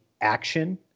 action